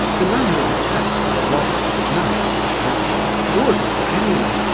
the man who is attacked by robbers at night, in a dark wood, or anywhere,